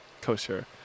kosher